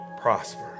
prosper